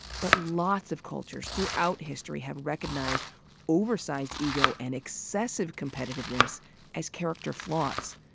but lots of cultures throughout history have recognized oversized ego and excessive competitiveness as character flaws,